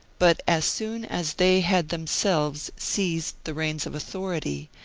but as soon as they had themselves seized the reins of authority,